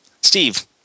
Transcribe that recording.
Steve